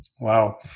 Wow